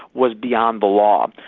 was beyond the law.